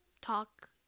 talk